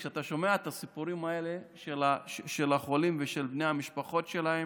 כשאתה שומע את הסיפורים האלה של החולים ושל בני המשפחות שלהם,